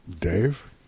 Dave